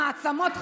מעצמות,